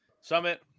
Summit